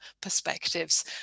perspectives